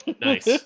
Nice